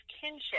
kinship